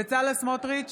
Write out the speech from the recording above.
בצלאל סמוטריץ'